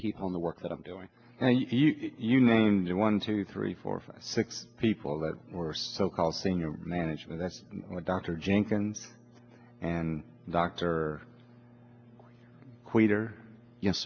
people in the work that i'm doing and you name one two three four five six people that were so called senior management as dr jenkins and dr quatre yes